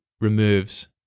removes